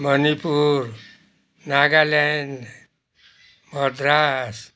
Manipur Nagaland Madras